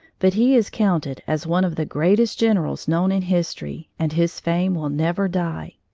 but he is counted as one of the greatest generals known in history, and his fame will never die.